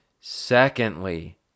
Secondly